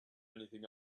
anything